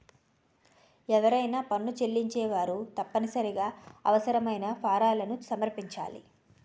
ఎవరైనా పన్ను చెల్లించేవారు తప్పనిసరిగా అవసరమైన ఫారాలను సమర్పించాలి